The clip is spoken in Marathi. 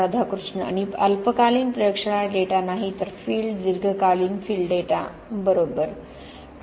राधाकृष्ण आणि अल्पकालीन प्रयोगशाळा डेटा नाही तर फील्ड दीर्घकालीन फील्ड डेटा डॉ जॉर्ज बरोबर डॉ